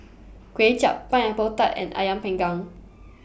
Kway Chap Pineapple Tart and Ayam Panggang